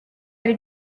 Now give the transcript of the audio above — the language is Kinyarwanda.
hari